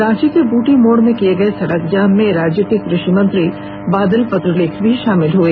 रांची के ब्रटी मोड़ में किये गए सड़क जाम में राज्य के कृषि मंत्री बादल प्रत्रलेख भी शामिल हुए